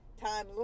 time